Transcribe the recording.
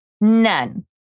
None